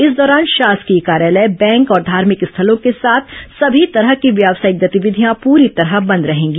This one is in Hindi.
इस दौरान शासकीय कार्यालय बैंक और धार्भिक स्थलों के साथ सभी तरह की व्यावसायिक गॅतिविधियां पूरी तरह बंद रहेगी